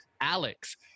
Alex